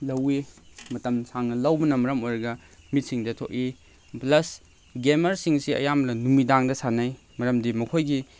ꯂꯧꯏ ꯃꯇꯝ ꯁꯥꯡꯅ ꯂꯧꯕꯅ ꯃꯔꯝ ꯑꯣꯏꯔꯒ ꯃꯤꯠꯁꯤꯡꯗ ꯁꯣꯛꯏ ꯄ꯭ꯂꯁ ꯒꯦꯝꯃꯔꯁꯤꯡ ꯑꯁꯤ ꯑꯌꯥꯝꯅꯕ ꯅꯨꯃꯤꯗꯥꯡꯗ ꯁꯥꯟꯅꯩ ꯃꯔꯝꯗꯤ ꯃꯈꯣꯏꯒꯤ